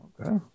Okay